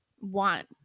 want